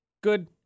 Good